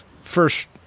first